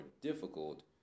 difficult